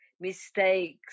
mistakes